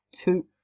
two